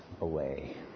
away